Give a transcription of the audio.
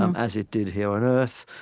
um as it did here on earth.